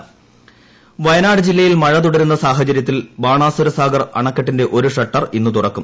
ബാണാസുരസാഗർ വയനാട് ജില്ലയിൽ മഴ തുടരുന്ന സാഹചര്യത്തിൽ ബാണാസുരസാഗർ അണക്കെട്ടിന്റെ ഒരു ഷട്ടർ ഇന്ന് തുറക്കും